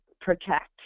protect